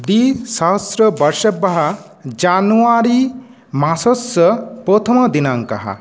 द्विसहस्रवर्षेभ्यः जान्वारि मासस्य प्रथमदिनाङ्कः